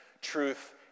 truth